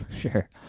sure